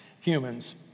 humans